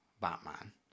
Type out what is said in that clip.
Batman